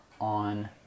on